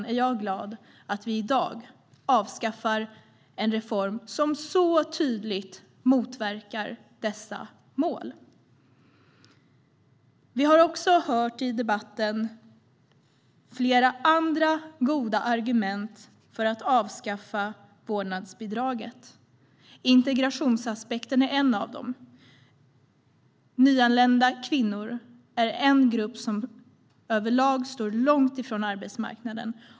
Jag är därför glad att vi i dag avskaffar en reform som så tydligt motverkar dessa mål. Vi har i debatten hört flera andra goda argument för att avskaffa vårdnadsbidraget. Integrationsaspekten är ett av dem. Nyanlända kvinnor är en grupp som överlag står långt från arbetsmarknaden.